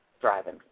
driving